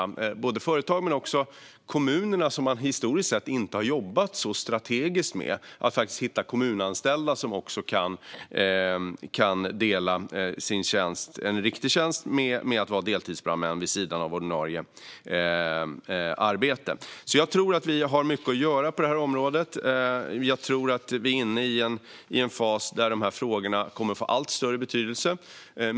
Det gäller både företag och kommuner, som man historiskt sett inte har jobbat så strategiskt med. Det handlar om att hitta också kommunanställda som kan dela en vanlig tjänst med att vara deltidsbrandman vid sidan av ordinarie arbete. Jag tror att vi har mycket att göra på det här området. Jag tror också att vi är inne i en fas där dessa frågor kommer att få allt större betydelse.